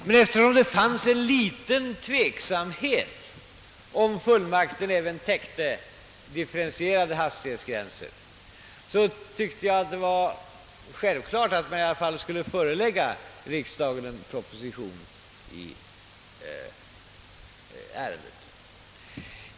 Men eftersom vi hyste någon tveksamhet, huruvida fullmakten även innefattade försök med differentierade hastighetsgränser, så tyckte jag det var självklart att ta upp även denna fråga när jag ändå skulle förelägga riksdagen en proposition.